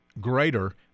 greater